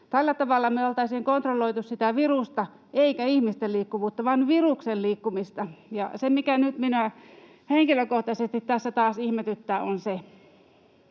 Tällä tavalla me oltaisiin kontrolloitu sitä virusta, ei ihmisten liikkuvuutta vaan viruksen liikkumista. Ja se, mikä nyt minua henkilökohtaisesti tässä taas ihmetyttää, on se,